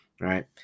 Right